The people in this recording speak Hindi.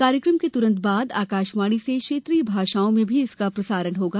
कार्यक्रम के तुरंत बाद आकाशवाणी से क्षेत्रीय भाषाओं में भी इसका प्रसारण होगा